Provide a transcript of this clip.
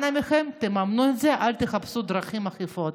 אנא מכם, תממנו את זה ואל תחפשו דרכים עקיפות.